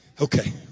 Okay